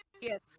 yes